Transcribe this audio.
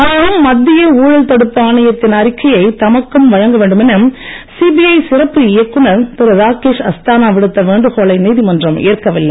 ஆயினும் மத்திய ஊழல் தடுப்பு ஆணையத்தின் அறிக்கையை தமக்கும் வழங்க வேண்டுமென சிபிஐ சிறப்பு இயக்குனர் திரு ராகேஷ் அஸ்தானான விடுத்த வேண்டுகோளை நீதிமன்றம் ஏற்கவில்லை